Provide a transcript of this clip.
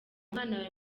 mwana